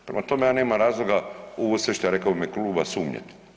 Prema tome, ja nemam razloga u ovo sve što je rekao u ime Kluba sumnjati.